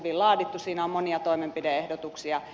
siinä on monia toimenpide ehdotuksia